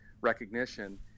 recognition